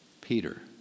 Peter